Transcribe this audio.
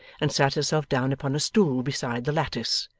and sat herself down upon a stool beside the lattice,